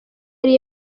ari